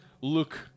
look